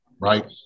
right